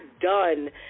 done